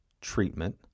treatment